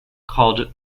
called